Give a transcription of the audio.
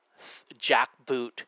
jackboot